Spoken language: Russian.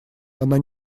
она